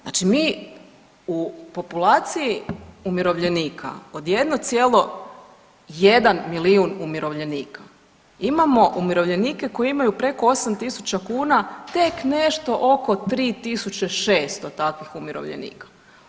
Znači mi u populaciji umirovljenika od 1,1 milijun umirovljenika imamo umirovljenike koji imaju preko 8000 kuna tek nešto oko 3600 takvih umirovljenika.